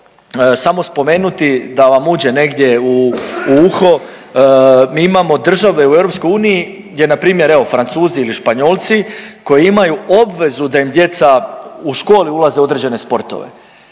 samo spomenuti da vam uđe negdje u, u uho. Mi imamo države u EU gdje npr. evo Francuzi ili Španjolci koji imaju obvezu da im djeca u školi ulaze u određene sportove.